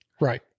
Right